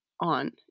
on